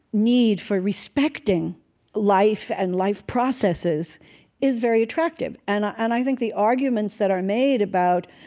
need for respecting life and life processes is very attractive. and i and i think the arguments that are made about